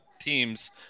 teams